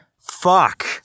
Fuck